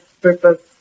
purpose